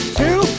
two